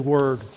Word